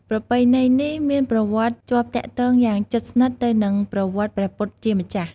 ប្រពៃណីនេះមានប្រវត្តិជាប់ទាក់ទងយ៉ាងជិតស្និទ្ធទៅនឹងប្រវត្តិព្រះពុទ្ធជាម្ចាស់។